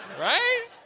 right